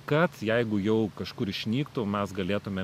kad jeigu jau kažkur išnyktų mes galėtume